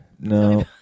No